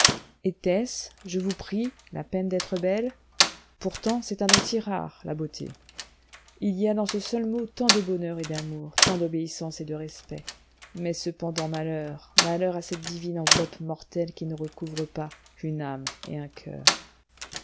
était-ce je vous prie la peine d'être belle pourtant c'est un don si rare la beauté il y a dans ce seul mot tant de bonheur et d'amour tant d'obéissance et de respect mais cependant malheur malheur à cette divine enveloppe mortelle qui ne recouvre pas une âme et un coeur